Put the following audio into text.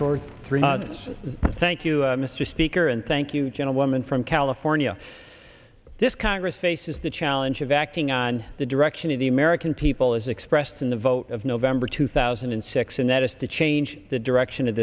for three days thank you mr speaker and thank you gentleman from california this congress faces the challenge of acting on the direction of the american people as expressed in the vote of november two thousand and six and that is to change the direction of